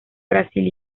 brasil